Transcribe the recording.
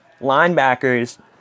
Linebackers